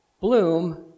Bloom